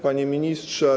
Panie Ministrze!